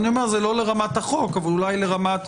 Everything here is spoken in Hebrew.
זה לא לרמת החוק, אבל אולי לרמת